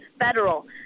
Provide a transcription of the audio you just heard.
federal